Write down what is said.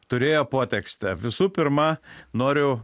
turėjo potekstę visų pirma noriu